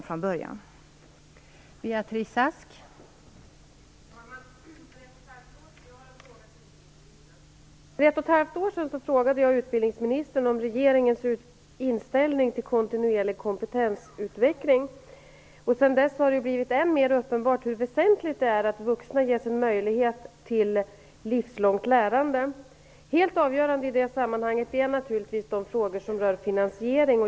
För ett och ett halvt år sedan frågade jag utbildningsministern om regeringens inställning till kontinuerlig kompetensutveckling. Sedan dess har det blivit än mer uppenbart hur väsentligt det är att vuxna ges en möjlighet till livslångt lärande. Helt avgörande i det sammanhanget är naturligtvis de frågor som rör finansiering.